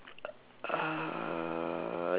uh